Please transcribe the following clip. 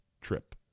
trip